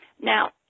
Now